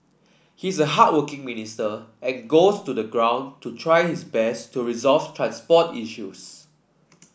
he's a hardworking minister and goes to the ground to try his best to resolve transport issues